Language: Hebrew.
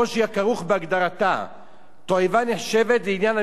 תועבה נחשבת לעניין המשתנה לפי השקפות העולם של החברה,